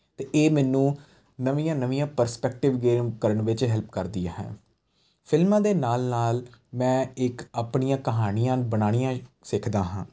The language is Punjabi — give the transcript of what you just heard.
ਅਤੇ ਇਹ ਮੈਨੂੰ ਨਵੀਆਂ ਨਵੀਆਂ ਪਰਸਪੈਕਟਿਵ ਗੇਮ ਕਰਨ ਵਿੱਚ ਹੈਲਪ ਕਰਦੀ ਹੈ ਫਿਲਮਾਂ ਦੇ ਨਾਲ ਨਾਲ ਮੈਂ ਇੱਕ ਆਪਣੀਆਂ ਕਹਾਣੀਆਂ ਬਣਾਉਣੀਆਂ ਸਿੱਖਦਾ ਹਾਂ